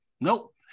Nope